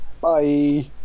Bye